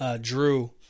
Drew